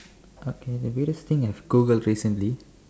okay the weirdest thing I've googled recently